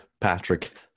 Patrick